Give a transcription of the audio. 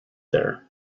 there